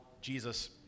Jesus